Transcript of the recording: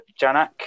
Janak